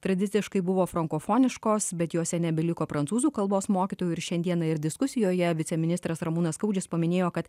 tradiciškai buvo frankofoniškos bet jose nebeliko prancūzų kalbos mokytojų ir šiandieną ir diskusijoje viceministras ramūnas skaudžius paminėjo kad